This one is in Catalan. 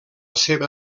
seva